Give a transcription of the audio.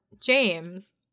james